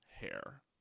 hair